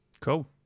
Cool